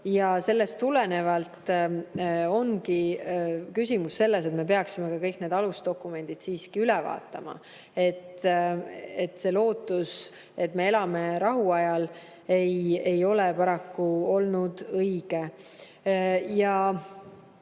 Sellest tulenevalt ongi küsimus selles, et me peaksime ka kõik need alusdokumendid siiski üle vaatama, sest see lootus, et me elame rahuajal, ei ole paraku olnud õige. Ka